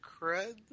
cred